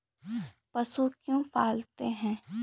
पशु क्यों पालते हैं?